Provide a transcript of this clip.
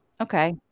Okay